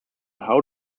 how